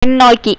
பின்னோக்கி